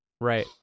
right